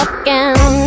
again